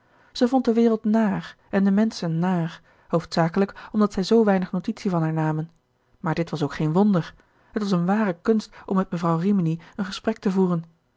zij vond de wereld naar en de menschen naar hoofdzakelijk omdat zij zoo weinig notitie van haar namen maar dit was ook geen wonder het was eene ware kunst om met mevrouw rimini een gesprek te voeren